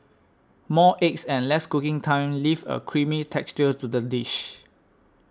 more eggs and less cooking time leave a creamy texture to the dish